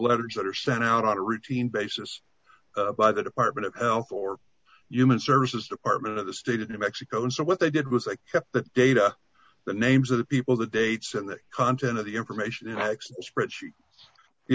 letters that are sent out on a routine basis by the department of health or human services department of the state of new mexico so what they did was like the data the names of the people the dates and the content of the information spread sheet